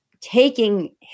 taking